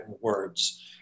words